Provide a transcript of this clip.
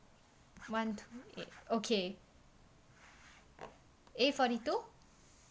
one two eight okay A forty two